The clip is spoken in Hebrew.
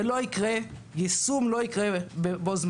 זה לא יקרה, יישום לא יקרה בו-זמנית.